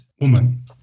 woman